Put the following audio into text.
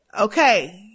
okay